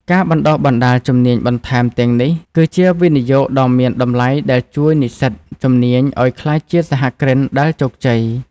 ការបណ្តុះបណ្តាលជំនាញបន្ថែមទាំងនេះ គឺជាវិនិយោគដ៏មានតម្លៃដែលជួយនិស្សិតជំនាញឱ្យក្លាយជាសហគ្រិនដែលជោគជ័យ។